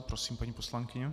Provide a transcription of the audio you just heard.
Prosím, paní poslankyně.